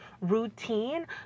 routine